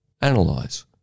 analyze